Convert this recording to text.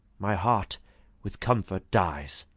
my heart with comfort dies,